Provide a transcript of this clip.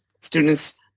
students